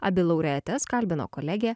abi laureates kalbino kolegė